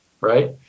right